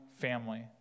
family